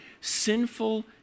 sinful